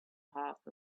half